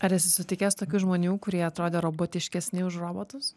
ar esi sutikęs tokių žmonių kurie atrodė robotiškesni už robotus